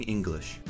English，